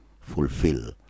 fulfill